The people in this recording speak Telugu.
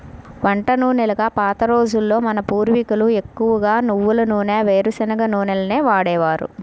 వంట నూనెలుగా పాత రోజుల్లో మన పూర్వీకులు ఎక్కువగా నువ్వుల నూనె, వేరుశనగ నూనెలనే వాడేవారు